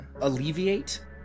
alleviate